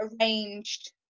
arranged